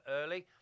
early